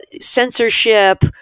censorship